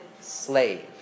slave